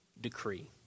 decree